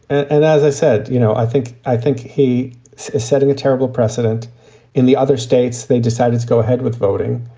and as i said, you know, think i think he is setting a terrible precedent in the other states. they decided to go ahead with voting.